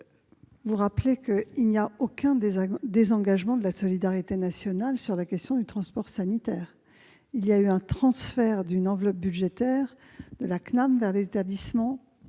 ? Je rappelle qu'il n'y a aucun désengagement en termes de solidarité nationale sur la question du transport sanitaire. Il y a juste eu transfert d'une enveloppe budgétaire de la CNAM vers les établissements